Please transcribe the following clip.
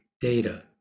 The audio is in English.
data